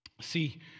See